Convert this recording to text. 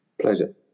Pleasure